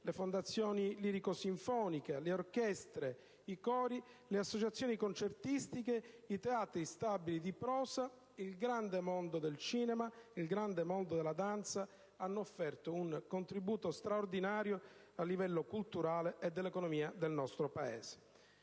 le fondazioni lirico-sinfoniche, le orchestre, i cori, le associazioni concertistiche, i teatri stabili di prosa, il grande mondo del cinema, il grande mondo della danza hanno offerto un contributo straordinario a livello culturale ed economico al nostro Paese.